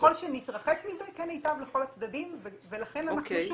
ככל שנתרחק מזה כן ייטב לכל הצדדים ולכן אנחנו,